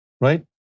Right